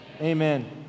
Amen